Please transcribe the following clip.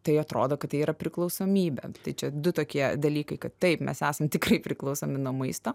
tai atrodo kad tai yra priklausomybė tai čia du tokie dalykai kad taip mes esam tikrai priklausomi nuo maisto